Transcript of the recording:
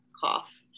cough